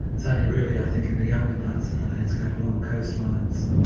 it's ah only really i think in the younger parts of the landscape, along coastlines,